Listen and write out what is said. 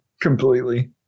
Completely